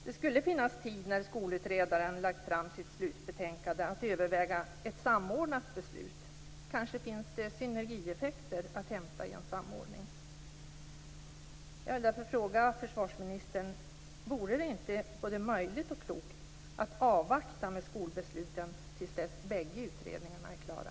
Det skulle finnas tid, när skolutredaren lagt fram sitt slutbetänkande, att överväga ett samordnat beslut. Kanske finns det synergieffekter att hämta i en samordning. Jag vill därför fråga försvarsministern: Vore det inte både möjligt och klokt att avvakta med skolbesluten tills bägge utredningarna är klara?